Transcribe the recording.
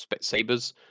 sabers